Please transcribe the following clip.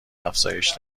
افزایش